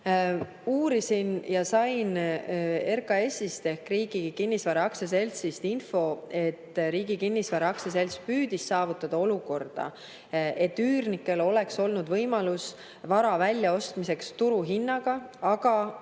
Uurisin asja ja sain RKAS-ist ehk Riigi Kinnisvara Aktsiaseltsist info, et Riigi Kinnisvara Aktsiaselts püüdis saavutada olukorda, et üürnikel oleks olnud võimalus vara väljaostmiseks turuhinnaga, aga